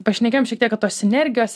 pašnekėjom šiek tiek kad tos energijos